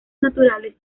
naturales